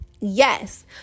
yes